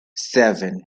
seven